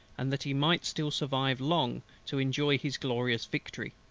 and that he might still survive long to enjoy his glorious victory.